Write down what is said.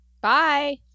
Bye